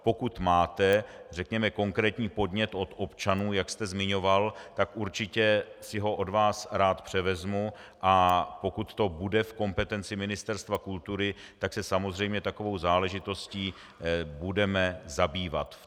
Pokud máte, řekněme, konkrétní podnět od občanů, jak jste zmiňoval, tak určitě si ho od vás rád převezmu, a pokud to bude v kompetenci Ministerstva kultury, tak se samozřejmě takovou záležitostí budeme zabývat.